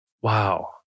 Wow